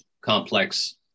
complex